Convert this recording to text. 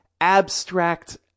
abstract